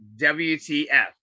WTF